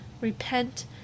repent